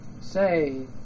Say